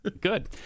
Good